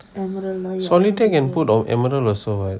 solitaire can put on emerald also right